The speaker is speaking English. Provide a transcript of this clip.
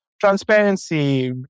transparency